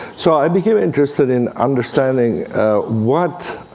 so i became interested in understanding what